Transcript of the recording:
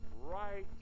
right